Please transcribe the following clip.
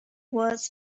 was